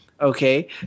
Okay